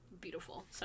beautiful